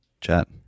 chat